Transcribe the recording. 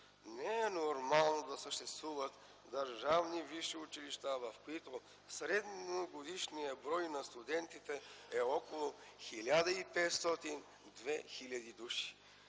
Не е нормално да съществуват държавни висши училища, в които средногодишният брой на студентите е около 1500-2000 души,